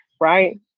right